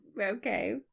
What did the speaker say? Okay